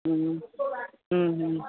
हूं हूं हूं